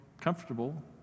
comfortable